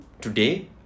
today